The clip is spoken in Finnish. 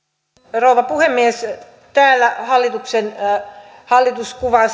rouva puhemies täällä hallitus kuvaa